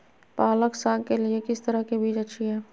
पालक साग के लिए किस तरह के बीज अच्छी है?